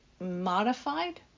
modified